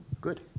Good